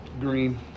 Green